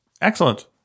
excellent